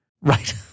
Right